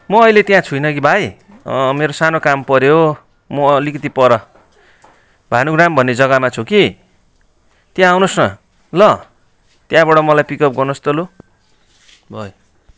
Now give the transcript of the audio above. म अहिले त्यहाँ छुइनँ कि भाइ मेरो सानो काम पऱ्यो म अलिकति पर भानुराम भन्ने जग्गामा छु कि त्यहाँ आउनुहोस् न ल त्यहाँबाट मलाई पिकअप गर्नुहोस् त लु भयो